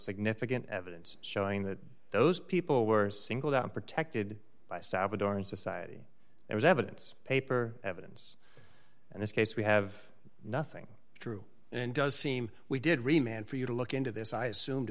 significant evidence showing that those people were singled out and protected by salvadoran society it was evidence paper evidence and this case we have nothing true and does seem we did remain for you to look into this i assumed